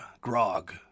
grog